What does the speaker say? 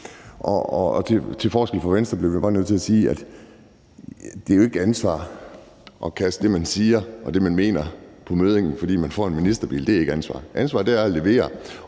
Til forskel for Venstre bliver jeg bare nødt til at sige, at det jo ikke er ansvar at kaste det, man siger og mener, på møddingen, fordi man får en ministerbil. Det er ikke ansvar. Ansvar er at levere.